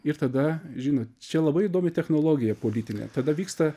ir tada žinot čia labai įdomi technologija politinė tada vyksta